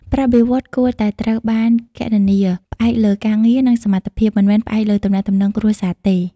ប្រាក់បៀវត្សរ៍គួរតែត្រូវបានគណនាផ្អែកលើការងារ និងសមត្ថភាព មិនមែនផ្អែកលើទំនាក់ទំនងគ្រួសារទេ។